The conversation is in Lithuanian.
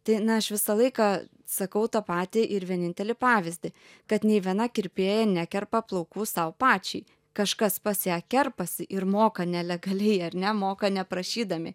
tai na aš visą laiką sakau tą patį ir vienintelį pavyzdį kad nei viena kirpėja nekerpa plaukų sau pačiai kažkas pas ją kerpasi ir moka nelegaliai ar ne moka neprašydami